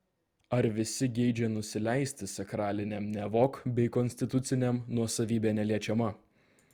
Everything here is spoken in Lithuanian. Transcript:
ar visi geidžia nusileisti sakraliniam nevok bei konstituciniam nuosavybė neliečiama